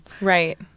Right